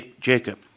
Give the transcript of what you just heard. Jacob